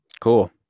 Cool